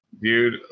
Dude